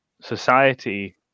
society